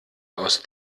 aus